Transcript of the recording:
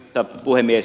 arvoisa puhemies